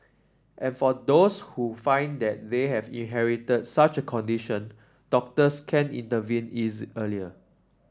and for those who find that they have inherited such a condition doctors can intervene easy early